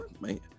Man